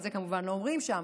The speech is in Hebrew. את זה כמובן לא אומרים שם,